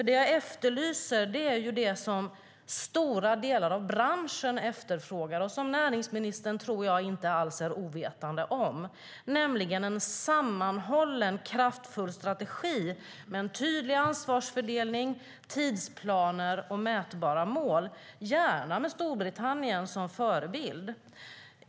Det jag efterlyser är det som stora delar av branschen efterfrågar och som näringsministern, tror jag, inte alls är ovetande om, nämligen en sammanhållen kraftfull strategi med en tydlig ansvarsfördelning, tidsplaner och mätbara mål, gärna med Storbritannien som förebild.